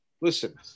listen